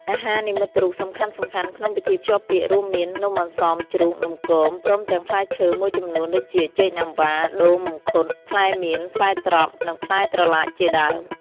អាហារនិមិត្តរូបសំខាន់ៗក្នុងពិធីភ្ជាប់ពាក្យ រួមមាន៖ នំអន្សមជ្រូក នំគម ព្រមទាំងផ្លែឈើមួយចំនួន ដូចជាចេកណាំវ៉ា ដូង មង្ឃុត ផ្លែមាន ផ្លែត្រប់ និងផ្លែត្រឡាចជាដើម។